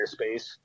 airspace